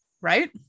right